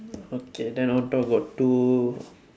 okay then on top got two